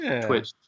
Twitch